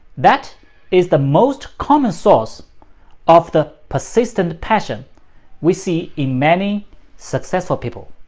that is the most common source of the persistent passion we see in many successful people.